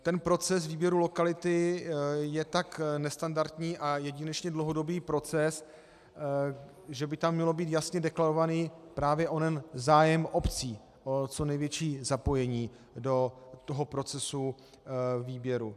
Ten proces výběru lokality je tak nestandardní a jedinečně dlouhodobý proces, že by tam měl být jasně deklarovaný právě onen zájem obcí o co největší zapojení do procesu výběru.